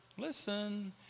Listen